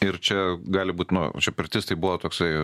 ir čia gali būt nu čia pirtis tai buvo toksai